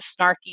snarky